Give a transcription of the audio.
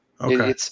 Okay